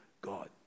God